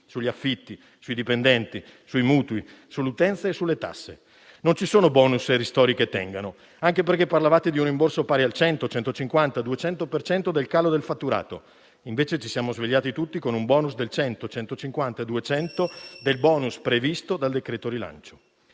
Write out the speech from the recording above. sugli affitti, sui dipendenti, sui mutui, sulle utenze e sulle tasse. Non ci sono bonus e ristori che tengano, anche perché parlavate di un rimborso pari al 100, 150 o 200 per cento del calo del fatturato. Invece ci siamo svegliati tutti con un bonus del 100, 150 o 200 per cento del bonus previsto dal decreto rilancio.